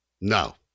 No